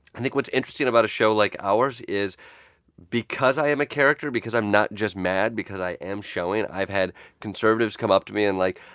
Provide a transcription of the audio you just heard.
i think what's interesting about a show like ours is because i am a character, because i'm not just mad, because i am showing i've had conservatives come up to me and like,